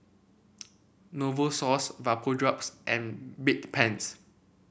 Novosource Vapodrops and Bedpans